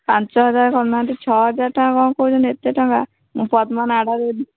ପାଞ୍ଚ ହଜାର କରୁନାହାନ୍ତି ଛଅ ହାଜର ଟଙ୍କା କ'ଣ କହୁଛନ୍ତି ଏତେ ଟଙ୍କା ମୁଁ ପଦ୍ମନାଡ଼ ଦେବି